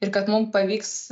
ir kad mum pavyks